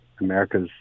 America's